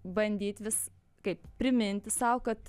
bandyt vis kaip priminti sau kad